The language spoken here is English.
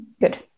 good